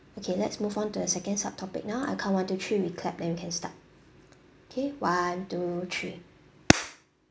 okay let's move on to the second subtopic now I count one two three we clap then we can start okay one two three